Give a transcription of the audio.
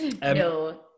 No